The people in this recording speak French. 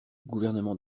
gouvernement